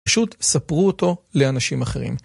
פשוט ספרו אותו לאנשים אחרים.